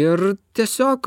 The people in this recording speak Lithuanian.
ir tiesiog